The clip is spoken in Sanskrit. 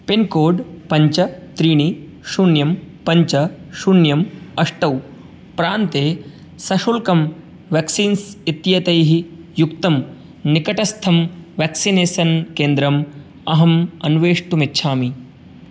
पिन्कोड् पञ्च त्रीणि शून्यं पञ्च शून्यम् अष्टौ प्रान्ते सशुल्कं वेक्क्सीन्स् इत्येतैः युक्तं निकटस्थं वेक्सिनेसन् केन्द्रम् अहम् अन्वेष्टुमिच्छामि